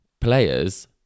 players